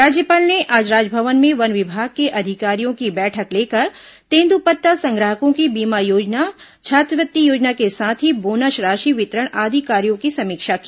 राज्यपाल ने आज राजभवन में वन विभाग के अधिकारियों की बैठक लेकर तेंद्रपत्ता संग्राहकों की बीमा योजना छात्रवृत्ति योजना के साथ ही बोनस राशि वितरण आदि कार्यों की समीक्षा की